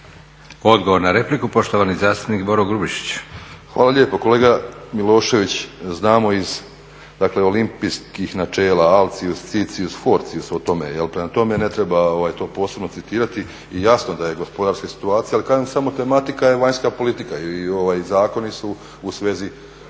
Odgovor na repliku, poštovani zastupnik Boro Grubišić. **Grubišić, Boro (HDSSB)** Hvala lijepo. Kolega Milošević znamo iz dakle olimpijskih načela altius, citius, fortius o tome jel', prema tome ne treba to posebno citirati jasno da je gospodarska situacija. Ali kažem samo tematika je vanjska politika i zakoni su u svezi